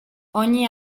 ogni